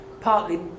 partly